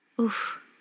Oof